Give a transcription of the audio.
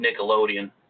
Nickelodeon